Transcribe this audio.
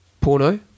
Porno